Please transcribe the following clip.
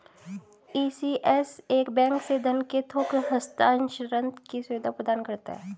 ECS एक bank से धन के थोक हस्तांतरण की सुविधा प्रदान करता है